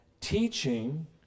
Teaching